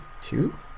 two